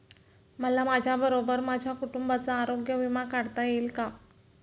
मला माझ्याबरोबर माझ्या कुटुंबाचा आरोग्य विमा काढता येईल का?